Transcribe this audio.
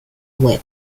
web